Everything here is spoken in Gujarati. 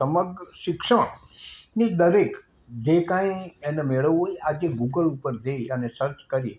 સમગ્ર શિક્ષણની દરેક જે કાંઈ એને મેળવવું હોય આજે ગૂગલ ઉપરથી અને સર્ચ કરી